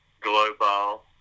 Global